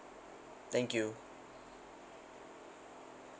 thank you